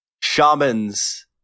shamans